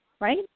right